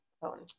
phone